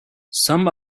some